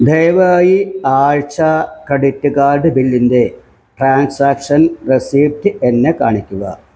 ദയവായി ആഴ്ച credit card ബില്ലിൻ്റെ ട്രാൻസാക്ഷൻ റെസീപ്റ്റ് എന്നെ കാണിക്കുക